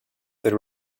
the